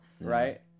right